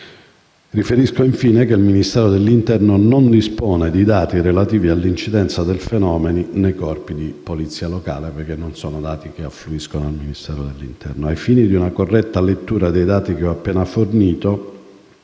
Riferisco, infine, che il Ministero dell'interno non dispone di dati relativi all'incidenza del fenomeno nei Corpi di polizia locale, perché tali dati non affluiscono al Ministero dell'interno. Ai fini di una corretta lettura dei dati che ho appena fornito,